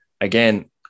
again